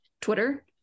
Twitter